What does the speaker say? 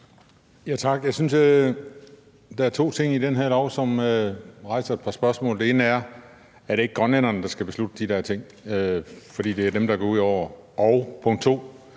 Tak. Jeg synes, at der er to ting i det her lovforslag, som rejser et par spørgsmål. Det ene er: Er det ikke grønlænderne, der skal beslutte de der ting, fordi det er dem, det går ud over? Det andet